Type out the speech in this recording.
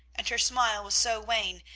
and her smile was so wan,